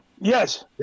Yes